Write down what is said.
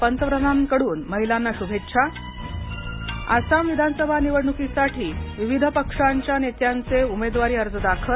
पंतप्रधानांकडून महिलांना शुभेच्छा आसाम विधानसभा निवडणुकीसाठी विविध पक्षाच्या नेत्यांचे उमेदवारी अर्ज दाखल